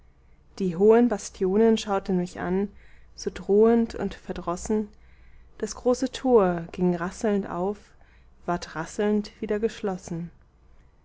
die hohen bastionen schauten mich an so drohend und verdrossen das große tor ging rasselnd auf ward rasselnd wieder geschlossen